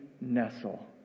nestle